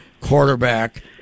quarterback